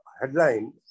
headline